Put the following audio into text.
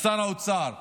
שר האוצר: